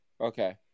Okay